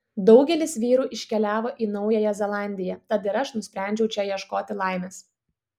daugelis vyrų iškeliavo į naująją zelandiją tad ir aš nusprendžiau čia ieškoti laimės